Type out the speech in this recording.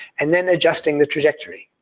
and then adjusting the trajectory.